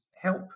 help